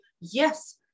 Yes